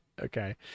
Okay